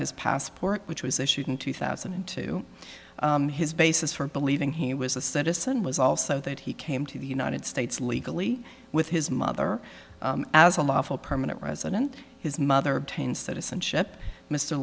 his passport which was issued in two thousand and two his basis for believing he was a citizen was also that he came to the united states legally with his mother as a lawful permanent resident his mother obtain citizenship mr